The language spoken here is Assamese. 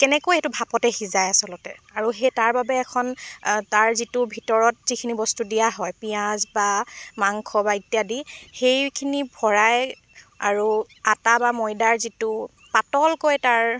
কেনেকৈ সেইটো ভাপতে সিজায় আচলতে আৰু সেই তাৰ বাবে এখন তাৰ যিটো ভিতৰত যিখিনি বস্তু দিয়া হয় পিঁয়াজ বা মাংস বা ইত্যাদি সেইখিনি ভৰাই আৰু আটা বা ময়দাৰ যিটো পাতলকৈ তাৰ